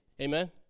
amen